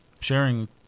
sharing